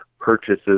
purchases